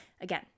again